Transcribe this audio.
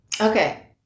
Okay